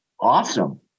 awesome